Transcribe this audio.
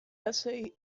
essay